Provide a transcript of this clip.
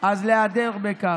אז להדר בכך,